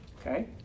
Okay